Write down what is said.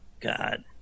God